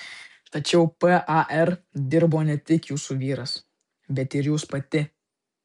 tačiau par dirbo ne tik jūsų vyras bet ir jūs pati